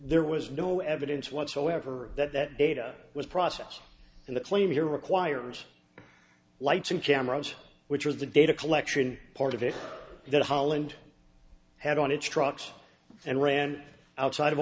there was no evidence whatsoever that that data was process and the claim here requires lights and cameras which was the data collection part of it that holland had on its trucks and ran outside of